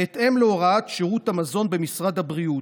בהתאם להוראת שירות המזון במשרד הבריאות.